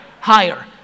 higher